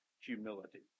humility